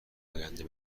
آینده